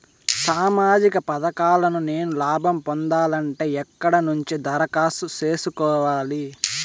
సామాజిక పథకాలను నేను లాభం పొందాలంటే ఎక్కడ నుంచి దరఖాస్తు సేసుకోవాలి?